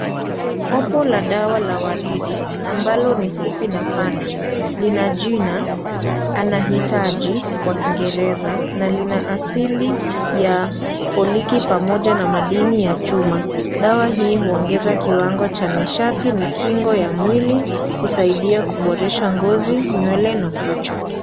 Kopo la dawa la waridi ambalo ni fupi na Pana, lina jina anahitaji, kwa kiingereza na lina asili ya foliki pamoja na madini ya chuma. Dawa hii huongeza kiwango Cha nishati na kingo ya mwili, husaidia kuboresha ngozi, nywele na kucha.